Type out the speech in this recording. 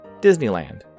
Disneyland